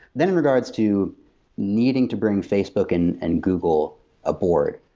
then, in regards to needing to bring facebook and and google aboard.